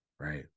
right